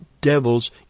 devils